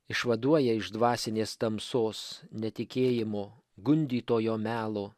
išvaduoja iš dvasinės tamsos netikėjimo gundytojo melo